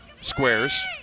squares